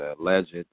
alleged